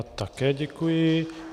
Také děkuji.